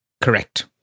Correct